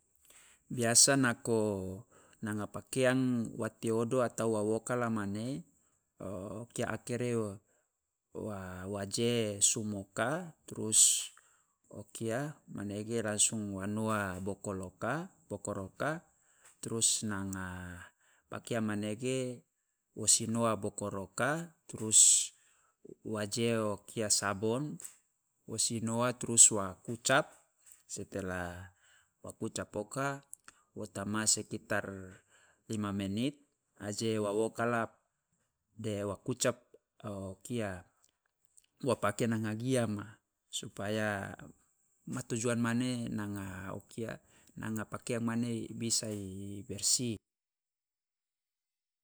Biasa nako nanga pakeang wa tiodo atau wa wokala mane kia akere wa waje sum oka trus o kia manege langsung wa noa bokoloka bokor oka trus nanga pakian manege wo si noa bokor oka trus waje o kia sabon wo si noa trus wa kucap setelah wa kucap oka wo tama sekitar lima menit aje wa wokala de wa kucap o kia wa pake nanga gia ma, supaya ma tujuan mane nanga o kia nanga pakian mane i bisa bersih.